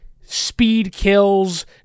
speed-kills